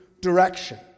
direction